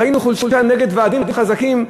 ראינו חולשה נגד ועדים חזקים,